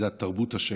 היא תרבות השקר.